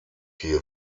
hier